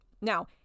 Now